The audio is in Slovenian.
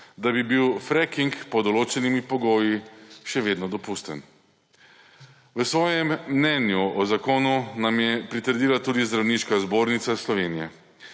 da bi bil fracking pod določenimi pogoji še vedno dopusten. V svojem mnenju o zakonu nam je pritrdila tudi Zdravniška zbornica Slovenije,